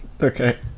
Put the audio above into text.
Okay